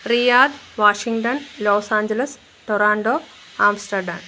Riyadh Washington los-angeles Toronto Amsterdam